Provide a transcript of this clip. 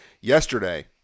yesterday